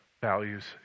values